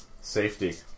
safety